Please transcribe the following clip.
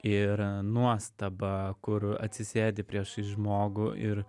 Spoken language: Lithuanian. ir nuostaba kur atsisėdi priešais žmogų ir